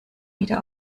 wieder